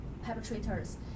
perpetrators